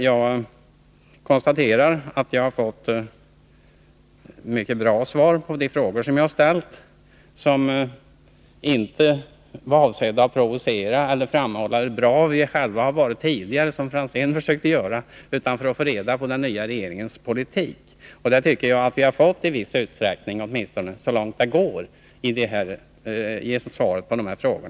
Jag konstaterar alltså att jag har fått mycket bra svar på de frågor som jag ställde. De var inte avsedda att provocera statsrådet eller framhålla hur bra vi själva har varit tidigare — som Ivar Franzén försökte göra — utan jag ställde dem för att få reda på den nya regeringens politik. Det tycker jag att jag har fått så långt det går.